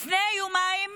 לפני יומיים,